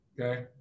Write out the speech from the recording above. Okay